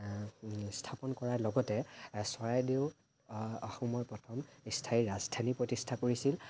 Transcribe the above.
স্থাপন কৰা লগতে চৰাইদেউ অসমৰ প্ৰথম স্থায়ী ৰাজধানী প্ৰতিষ্ঠা কৰিছিল